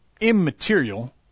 immaterial